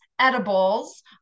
Edibles